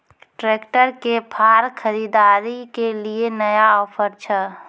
Tractor के फार खरीदारी के लिए नया ऑफर छ?